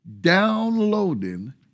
downloading